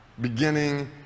beginning